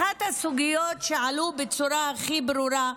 אחת הסוגיות שעלו בצורה הכי ברורה,